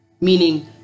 meaning